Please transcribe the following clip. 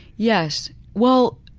yes, well